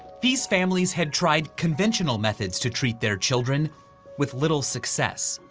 these families had tried conventional methods to treat their children with little success.